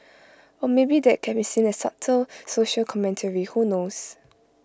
or maybe that can be seen as subtle social commentary who knows